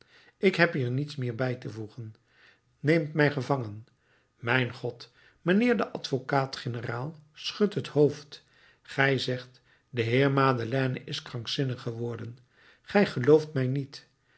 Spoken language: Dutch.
ik heb hier niets meer bij te voegen neemt mij gevangen mijn god mijnheer de advocaat-generaal schudt het hoofd gij zegt de heer madeleine is krankzinnig geworden gij gelooft mij niet